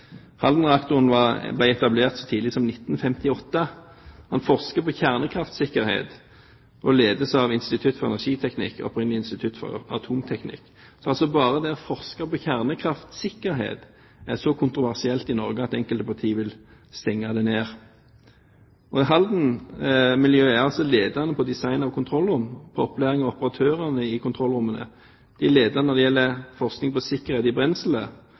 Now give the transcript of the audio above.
Haldenreaktoren ble etablert så tidlig som i 1958. Man forsker på kjernekraftsikkerhet, og det hele ledes av Institutt for energiteknikk og Institutt for atomenergi. Bare det å forske på kjernekraftsikkerhet er så kontroversielt i Norge at enkelte partier vil stenge den ned. Halden-miljøet er ledende på design av kontrollrom og på opplæring av operatørene i kontrollrommene. De er ledende når det gjelder forskning på sikkerhet i